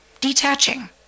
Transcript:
detaching